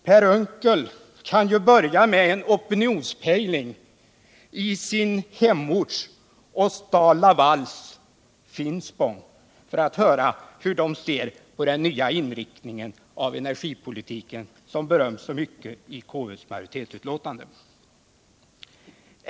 Per Unckel kan börja med en opinionspejling i sin egen hemort, STAL-LAVAL:s Finspång, för att höra hur man där ser på den nya inriktningen av energipolitiken, som beröms så mycket i KU:s majoritetsbetänkande.